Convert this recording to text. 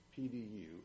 PDU